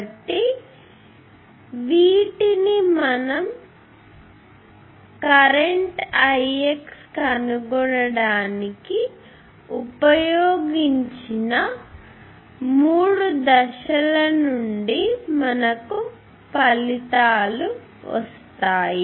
కాబట్టి మనకు వీటిని మనం కరెంట్ Ix ను కనుగొనడానికి ఉపయోగించిన ఈ మూడు దశల నుండి మనకు ఫలితాలు వస్తాయి